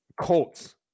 Colts